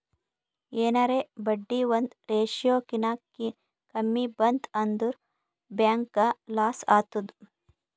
ಎನಾರೇ ಬಡ್ಡಿ ಒಂದ್ ರೇಶಿಯೋ ಕಿನಾ ಕಮ್ಮಿ ಬಂತ್ ಅಂದುರ್ ಬ್ಯಾಂಕ್ಗ ಲಾಸ್ ಆತ್ತುದ್